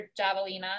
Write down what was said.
javelina